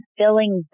filling